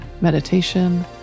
meditation